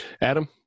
Adam